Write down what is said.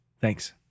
Thanks